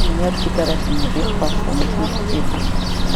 Ino iaby ty karazan'arety mpahavoa matetiky ty alika?